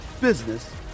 business